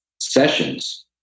sessions